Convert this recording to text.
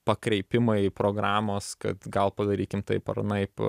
pakreipimai programos kad gal padarykim taip ar anaip